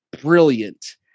brilliant